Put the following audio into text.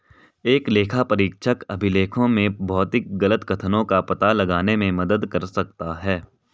एक लेखापरीक्षक अभिलेखों में भौतिक गलत कथनों का पता लगाने में मदद कर सकता है